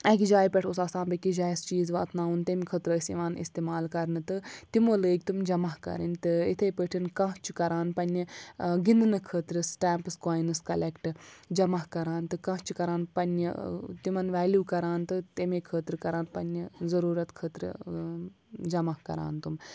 اَکہِ جایہِ پٮ۪ٹھ اوس آسان بیٚکِس جاے اَسہِ چیٖز واتناوُن تَمہِ خٲطرٕ ٲسۍ یِوان استعمال کَرنہٕ تہٕ تِمو لٲگۍ تِم جمع کَرٕنۍ تہٕ یِتھَے پٲٹھۍ کانٛہہ چھُِ کَران پنٛنہِ گِنٛدنہٕ خٲطرٕ سٹیمپٕس کویِنٕز کَلٮ۪کٹ جَمع کَران تہٕ کانٛہہ چھِ کَران پنٛنہِ تِمَن ویلیوٗ کَران تہٕ تَمے خٲطرٕ کَران پنٛنہِ ضُروٗرت خٲطرٕ جمع کَران تِم